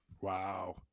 Wow